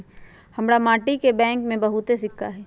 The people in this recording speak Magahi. हमरा माटि के बैंक में बहुते सिक्का हई